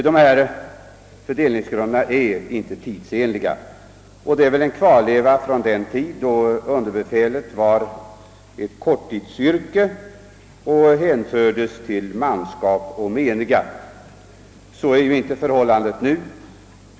Dessa fördelningsgrunder är inte tidsenliga och utgör väl en kvarleva från den tid då underbefälets verksamhet betraktades som ett korttidsyrke och då underbefälet hänfördes till manskapet. Så är inte förhållandet nu.